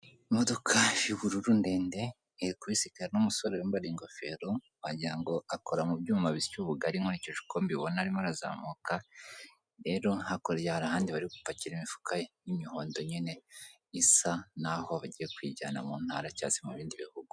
Imodoka y'ubururu ndende iri kubisikana n'umusore wambaye ingofero wagira akora mu byuma bisya ubugari nkurikije uko mbibona, arimo arazamuka rero hakurya hari ahandi bari gupakira imifuka y'imihondo nyine isa n'aho bagiye kuyijyana mu ntara cyangwa se mu bindi bihugu.